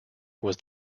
was